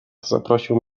zaprosił